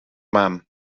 mam